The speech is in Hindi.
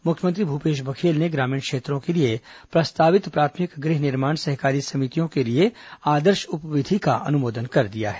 मुख्यमंत्री भूपेश बघेल ने ग्रामीण क्षेत्रों के लिए प्रस्तावित प्राथमिक गृह निर्माण सहकारी समितियों के लिए आदर्श उप विधि का अनुमोदन कर दिया है